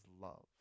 love